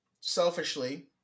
Selfishly